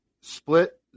split